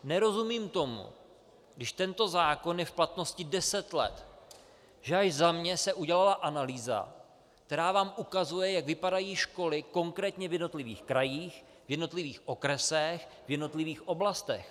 Nerozumím tomu, když tento zákon je v platnosti deset let, že až za mě se udělala analýza, která vám ukazuje, jak vypadají školy konkrétně v jednotlivých krajích, v jednotlivých okresech, v jednotlivých oblastech.